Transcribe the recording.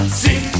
see